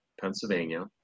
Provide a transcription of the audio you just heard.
Pennsylvania